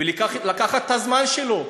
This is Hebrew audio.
ולקחת את הזמן שלו,